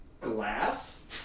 glass